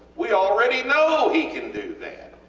we already know he can do that.